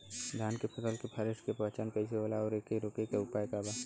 धान के फसल के फारेस्ट के पहचान कइसे होला और एके रोके के उपाय का बा?